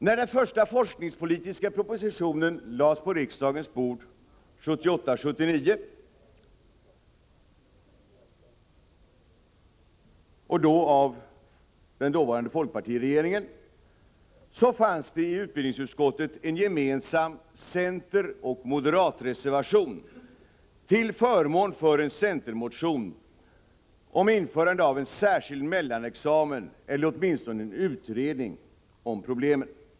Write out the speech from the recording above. När den första forskningspolitiska propositionen lades på riksdagens bord 1978/79 av den dåvarande folkpartiregeringen fanns det i utbildningsutskottet en gemensam centeroch moderatreservation till förmån för en centermotion om införande av en särskild mellanexamen eller åtminstone en utredning om problemet.